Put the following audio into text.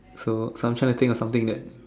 so so I'm trying to think of something that